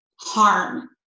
harm